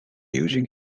using